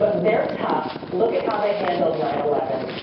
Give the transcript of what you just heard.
but they're tough. look at how they handled nine eleven.